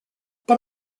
but